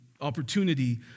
opportunity